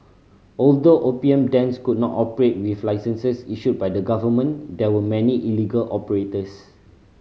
although opium dens could not operate with licenses issued by the government there were many illegal operators